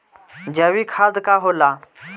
जैवीक खाद का होला?